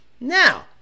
Now